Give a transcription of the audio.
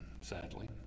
sadly